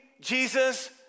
Jesus